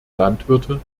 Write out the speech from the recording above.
landwirte